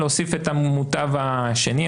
להוסיף את המוטב השני,